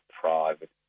private